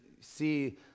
see